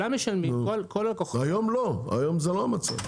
היום זה לא המצב.